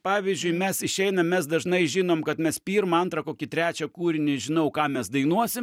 pavyzdžiui mes išeinam mes dažnai žinom kad mes pirmą antrą kokį trečią kūrinį žinau ką mes dainuosim